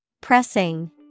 Pressing